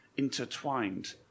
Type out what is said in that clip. intertwined